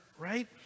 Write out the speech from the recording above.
right